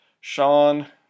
Sean